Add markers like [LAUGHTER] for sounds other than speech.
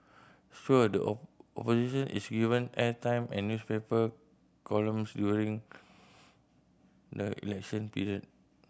sure the [UNINTELLIGIBLE] opposition is given airtime and newspaper columns during the election period